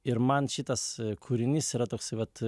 ir man šitas kūrinys yra toksai vat